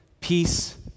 peace